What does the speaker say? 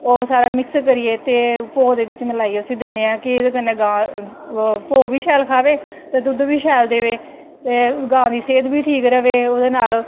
ते ओह् मिक्स करियै भोह् दे बिच्च मलाईयै दिन्नें होंन्ने आं भो बी शैल खावे ते दुद्द बी शैल देवे ते गां दी सेह्त बी ठीक रवे ओह्दे नाल